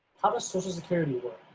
how does social security work?